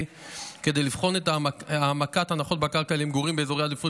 כדי לבחון את העמקת ההנחות בקרקע למגורים באזורי עדיפות